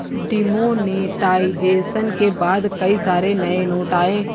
demonetisation के बाद कई सारे नए नोट आये